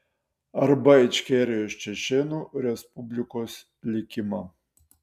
arba ičkerijos čečėnų respublikos likimą